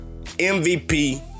MVP